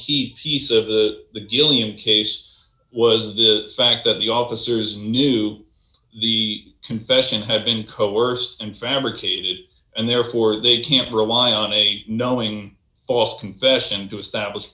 key piece of the d d gilliam case was the fact that the officers knew the confession had been coerced and fabricated and therefore they can't rely on a knowing all confession to establish